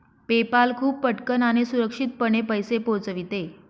PayPal खूप पटकन आणि सुरक्षितपणे पैसे पोहोचविते